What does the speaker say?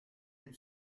une